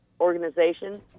organization